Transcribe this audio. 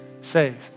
saved